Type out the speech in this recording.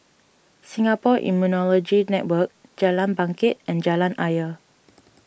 Singapore Immunology Network Jalan Bangket and Jalan Ayer